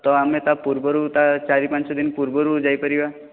ତ ଆମେ ତା ପୂର୍ବରୁ ତା ଚାରି ପାଞ୍ଚ ଦିନ ପୂର୍ବରୁ ଯାଇପାରିବା